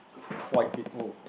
quite a_o